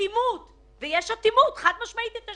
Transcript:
הפקידות הזאת מקבלת את הגיבוי שלה,